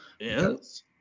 Yes